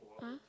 ah